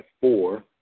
four